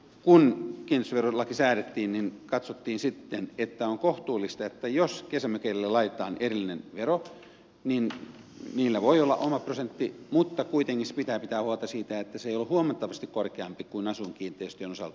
aikanaan kun kiinteistöverolaki säädettiin katsottiin että on kohtuullista että jos kesämökeille laitetaan erillinen vero niin niillä voi olla oma prosentti mutta kuitenkin pitää pitää huolta siitä että se ei ole huomattavasti korkeampi kuin asuinkiinteistöjen osalta